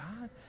God